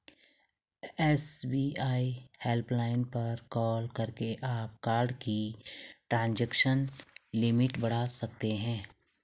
SBI helpline पर call करके आप कार्ड की ट्रांजैक्शन लिमिट बढ़ा सकते हैं